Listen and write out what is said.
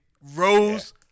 rose